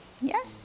Yes